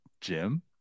jim